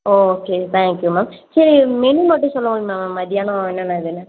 O okay thank you ma'am சரி menu மட்டும் சொல்ல முடியுமா மேம் ம் மதியானம் என்னென்ன இதுன்னு